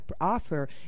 offer